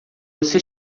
você